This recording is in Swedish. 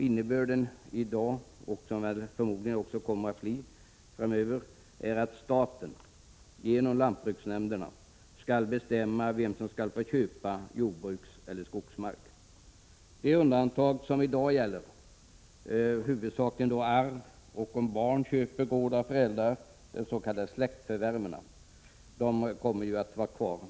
Innebörden i lagen som förmodligen kommer att förbli densamma är att staten, genom lantbruksnämnderna, skall bestämma vem som skall få köpa jordbrukseller skogsmark. De undantag som i dag gäller, huvudsakligen vid arv och s.k. släktförvärv, kommer att finnas kvar.